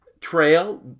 trail